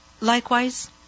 Likewise